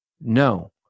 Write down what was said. No